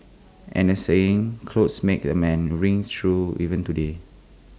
and the saying clothes make the man rings true even today